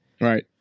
Right